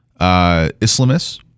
Islamists